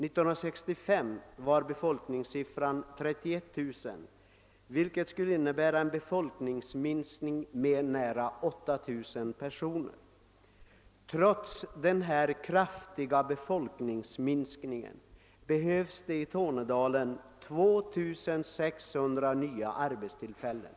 Eftersom befolkningssiffran år 1965 var 31 000 skulle befolkningen alltså minska med nära 8000 personer. Trots denna kraftiga befolkningsminskning behövs det i Tornedalen 2 600 nya arbetstillfällen.